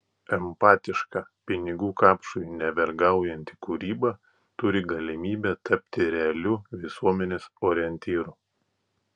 empatiška pinigų kapšui nevergaujanti kūryba turi galimybę tapti realiu visuomenės orientyru